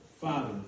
Father